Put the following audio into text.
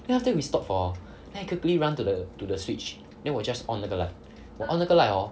then after that we stop for awhile then I quickly run to the to the switch then 我 just on 那个 light 我 on 那个 light hor